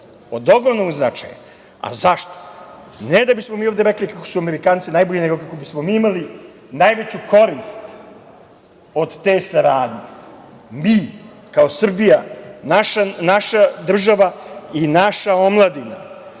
od ogromnog značaja, a zašto? Ne da bismo mi ovde rekli kako su Amerikanci najbolji, nego kako bismo imali najveću korist od te saradnje. Mi, kao Srbija, naša država i naša omladina,